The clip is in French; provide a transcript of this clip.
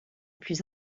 plus